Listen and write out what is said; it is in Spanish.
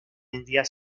identidad